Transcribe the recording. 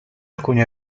alcuni